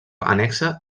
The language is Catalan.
annexa